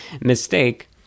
mistake